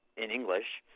in english.